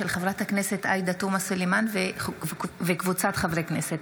של חברת הכנסת עאידה תומא סלימאן וקבוצת חברי הכנסת.